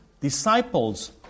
disciples